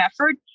effort